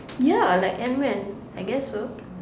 ya like Ant man I guess so